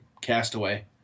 Castaway